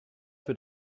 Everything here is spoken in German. für